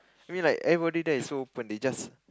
I mean like everybody there is so open they just